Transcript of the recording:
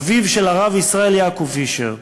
אביו של הרב ישראל יעקב פישר,